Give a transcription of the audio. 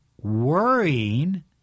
worrying